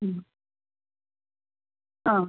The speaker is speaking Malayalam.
ആ